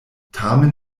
tamen